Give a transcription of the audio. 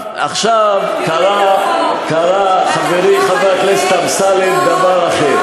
עכשיו, קרה, קרה, חברי חבר הכנסת אמסלם, דבר אחר.